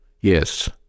yes